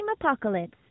Apocalypse